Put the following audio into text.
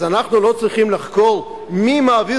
אז אנחנו לא צריכים לחקור מי מעביר